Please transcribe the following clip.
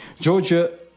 Georgia